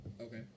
Okay